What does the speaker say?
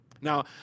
Now